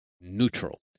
neutral